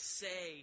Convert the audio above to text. say